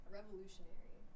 Revolutionary